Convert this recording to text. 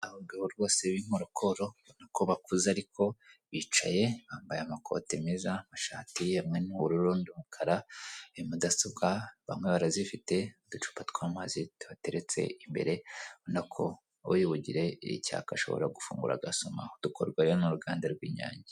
Abagabo rwose b'inkorokoro biragaragara ko bakuze ariko bicaye bambaye amakoti meza amashati umwe iyubururu nundi iyumukara hari mudasobwa bamwe barazifite , hari uducupa twamazi tubateretse imbere urabonako uribugire icyaka ashobora gufungura agasomaho dukorwa n'uruganda rw'inyange .